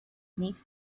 neat